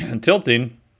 tilting